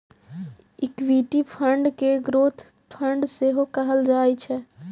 equity fund कें growth fund सेहो कहल जाइ छै